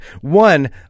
One